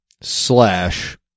Slash